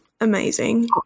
amazing